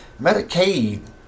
Medicaid